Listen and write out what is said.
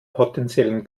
potenziellen